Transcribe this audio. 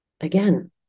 again